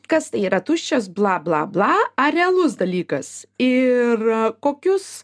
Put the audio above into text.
kas tai yra tuščias bla bla bla ar realus dalykas ir kokius